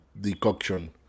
decoction